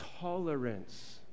tolerance